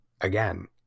again